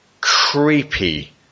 creepy